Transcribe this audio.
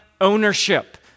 ownership